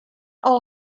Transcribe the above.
all